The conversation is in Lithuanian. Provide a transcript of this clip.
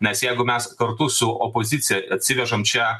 nes jeigu mes kartu su opozicija atsivežam čia